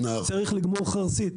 צריך לגמור חרסית,